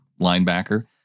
linebacker